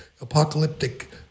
apocalyptic